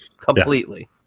Completely